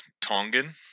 Tongan